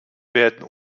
werden